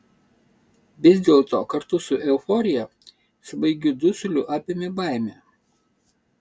vis dėlto kartu su euforija svaigiu dusuliu apėmė baimė